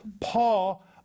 Paul